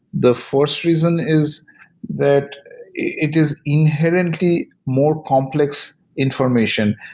the first reason is that it is inherently more complex information.